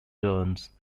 turns